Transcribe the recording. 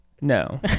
No